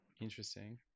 Interesting